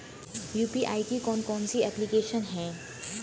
UPI की कौन कौन सी एप्लिकेशन हैं?